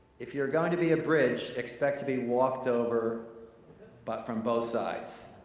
if you're going to be a bridge, expect to be walked over but from both sides.